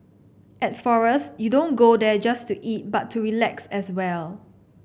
at Forest you don't go there just to eat but to relax as well